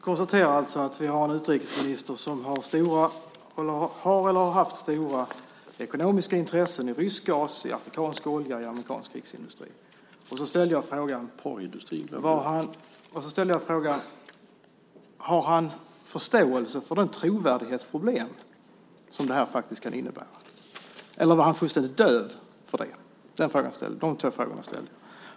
Fru talman! Jag konstaterar att vi har en utrikesminister som har eller har haft stora ekonomiska intressen i rysk gas, i afrikansk olja och i amerikansk krigsindustri. Och så ställde jag frågan: Har han förståelse för de trovärdighetsproblem som det här faktiskt kan leda till, eller är han fullständigt döv för det? Det var de frågor jag ställde.